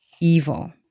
evil